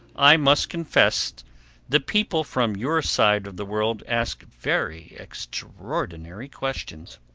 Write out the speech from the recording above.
i must confess the people from your side of the world ask very extraordinary questions.